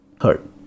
third